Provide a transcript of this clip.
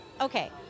okay